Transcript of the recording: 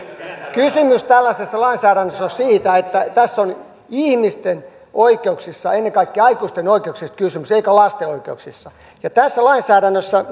kysymys tällaisessa lainsäädännössä on siitä että tässä on ihmisten oikeuksista kysymys ennen kaikkea aikuisten oikeuksista kysymys eikä lasten oikeuksista ja tässä lainsäädännössä